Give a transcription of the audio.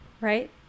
right